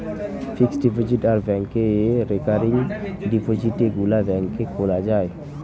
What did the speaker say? fixed deposit আর ব্যাংকে recurring ডিপোজিটে গুলা ব্যাংকে খোলা যায়